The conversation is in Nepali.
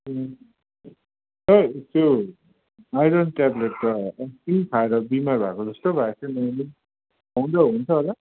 ए सर त्यो आइरन ट्याब्लेट त त्यही खाएर बिमार भएको जस्तो भएको थियो नानी खुवाउँदा हुन्छ होला